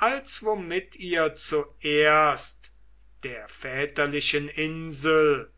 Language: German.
als womit ihr zuerst der vaterländischen insel